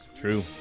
true